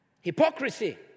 hypocrisy